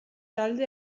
talde